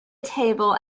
table